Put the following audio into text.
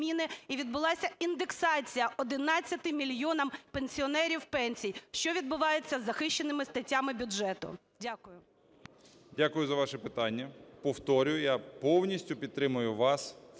Дякую за ваше питання. Повторюю, я повністю підтримую вас